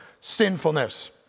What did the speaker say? sinfulness